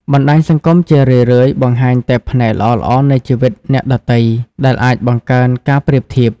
បណ្តាញសង្គមជារឿយៗបង្ហាញតែផ្នែកល្អៗនៃជីវិតអ្នកដទៃ ដែលអាចបង្កើនការប្រៀបធៀប។